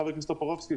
חבר הכנסת טופורובסקי,